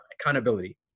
accountability